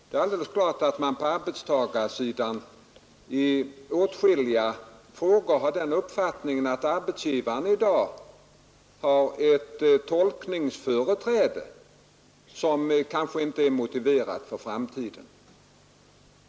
Det är alldeles klart att man på arbetstagarsidan har den uppfattningen att arbetsgivaren i dag i åtskilliga frågor har ett tolkningsföreträde som inte är motiverat.